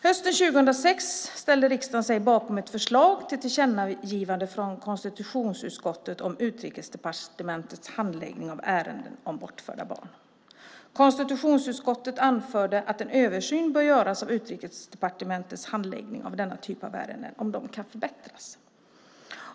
Hösten 2006 ställde riksdagen sig bakom ett förslag till tillkännagivande från konstitutionsutskottet om Utrikesdepartementets handläggning av ärenden om bortförda barn. Konstitutionsutskottet anförde att en översyn borde göras av Utrikesdepartementets handläggning av denna typ av ärenden och om handläggningen kunde förbättras.